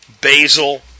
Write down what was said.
basil